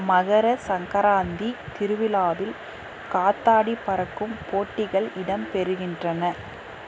மகர சங்கராந்தி திருவிழாவில் காத்தாடி பறக்கும் போட்டிகள் இடம்பெறுகின்றன